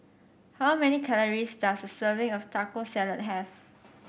how many calories does a serving of Taco Salad have